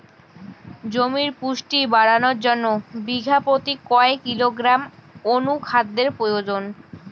জমির পুষ্টি বাড়ানোর জন্য বিঘা প্রতি কয় কিলোগ্রাম অণু খাদ্যের প্রয়োজন?